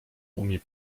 umie